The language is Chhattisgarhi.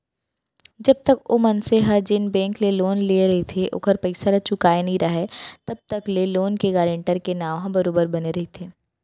जब तक ओ मनसे ह जेन बेंक ले लोन लेय रहिथे ओखर पइसा ल चुकाय नइ राहय तब तक ले लोन के गारेंटर के नांव ह बरोबर बने रहिथे